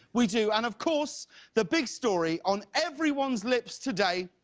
we do. an of course the big story on everyone's lips today